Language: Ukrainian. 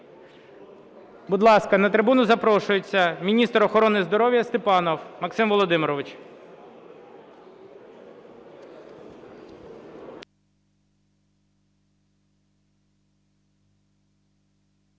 Будь ласка, на трибуну запрошується міністр охорони здоров'я Степанов Максим Володимирович.